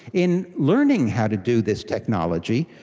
in learning how to do this technology,